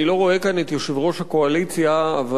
אני לא רואה כאן את יושב-ראש הקואליציה אבל